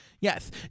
Yes